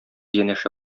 янәшә